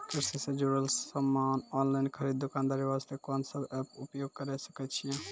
कृषि से जुड़ल समान ऑनलाइन खरीद दुकानदारी वास्ते कोंन सब एप्प उपयोग करें सकय छियै?